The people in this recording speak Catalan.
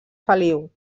feliu